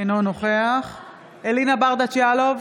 אינו נוכח אלינה ברדץ' יאלוב,